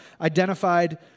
identified